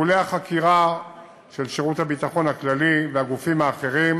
שיקולי החקירה של שירות הביטחון הכללי והגופים האחרים